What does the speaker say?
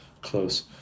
close